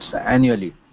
annually